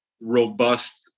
robust